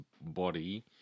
body